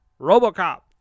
RoboCop